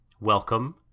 Welcome